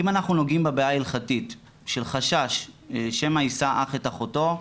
אם אנחנו נוגעים בבעיה ההלכתית של חשש שמא יישא אח את אחותו,